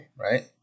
right